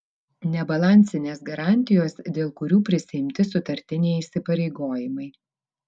nebalansinės garantijos dėl kurių prisiimti sutartiniai įsipareigojimai